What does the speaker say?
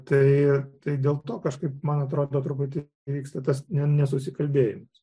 tai tai dėl to kažkaip man atrodo truputį įvyksta tas ne nesusikalbėjimas